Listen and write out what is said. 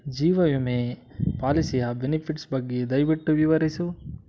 ಜೀವ ವಿಮೆ ಪಾಲಿಸಿಯ ಬೆನಿಫಿಟ್ಸ್ ಬಗ್ಗೆ ದಯವಿಟ್ಟು ವಿವರಿಸು